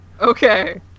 okay